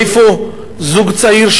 מאיפה זוג צעיר,